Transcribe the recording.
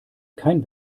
kein